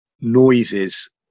noises